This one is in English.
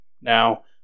Now